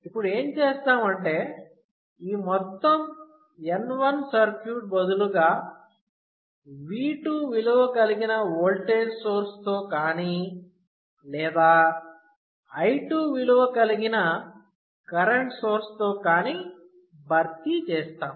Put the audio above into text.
ఇప్పుడు ఏం చేస్తాం అంటే ఈ మొత్తం N1 సర్క్యూట్ బదులుగా V2 విలువ కలిగిన ఓల్టేజ్ సోర్స్ తో కానీ లేదా I2 విలువ కలిగిన కరెంట్ సోర్స్ తో కానీ భర్తీ చేస్తాం